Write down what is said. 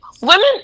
women